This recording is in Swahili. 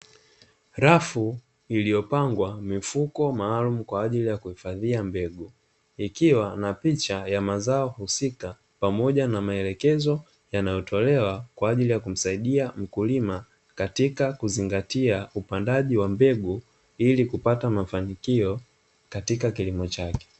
Rafu iliyopangwa mifuko maalumu kwa ajili ya kuhifadhia mbegu, ikiwa na picha ya mazao husika pamoja na maelekezo yanayotolewa, ili kumsaidia mkulima katika kuzingatia upandaji wa mbegu ili kupata mafanikio katika kilimo chake.